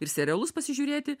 ir serialus pasižiūrėti